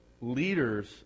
leaders